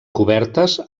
cobertes